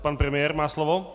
Pan premiér má slovo.